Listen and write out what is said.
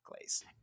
Glaze